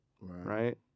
right